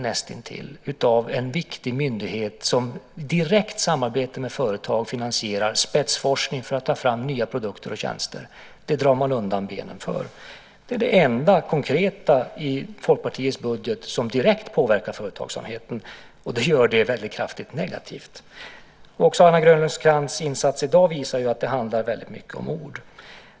Näst intill en tredjedel av en viktig myndighet som i direkt samarbete med företag finansierar spetsforskning för att ta fram nya produkter och tjänster drar man undan. Det är det enda konkreta i Folkpartiets budget som direkt påverkar företagsamheten, och det gör det väldigt kraftigt negativt. Också Anna Grönlund Krantz insats i dag visar att det handlar väldigt mycket om ord.